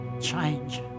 change